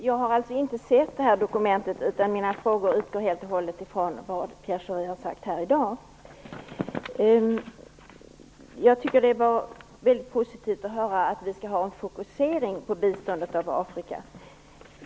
Fru talman! Jag har inte sett dokumentet, utan mina frågor utgår från vad Pierre Schori har sagt här i dag. Det var positivt att höra att vi skall ha en fokusering på biståndet till Afrika.